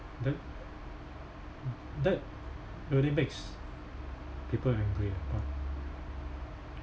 that that really makes people angry ah but